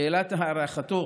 שאלת הארכתו